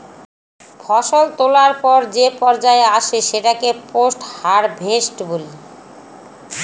ফসল তোলার পর যে পর্যায় আসে সেটাকে পোস্ট হারভেস্ট বলি